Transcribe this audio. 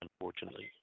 unfortunately